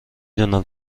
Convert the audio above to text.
دونم